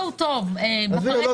תפסיקו.